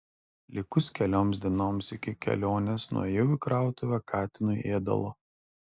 likus kelioms dienoms iki kelionės nuėjau į krautuvę katinui ėdalo